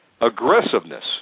aggressiveness